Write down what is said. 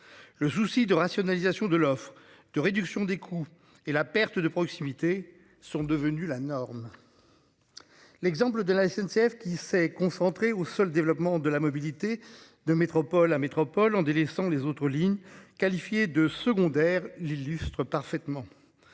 Le souci de rationalisation de l'offre de réduction des coûts et la perte de proximité sont devenus la norme. L'exemple de la SNCF qui s'est concentrée au seul développement de la mobilité de métropole, la métropole en délaissant les autres lignes qualifiés de secondaires l'illustre parfaitement.